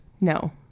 No